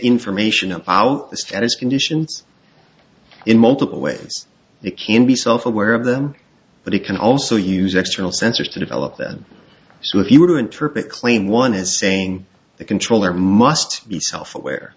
information on our status conditions in multiple ways it can be self aware of them but it can also use extra sensors to develop them so if you were to interpret claim one is saying the controller must be self aware